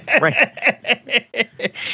Right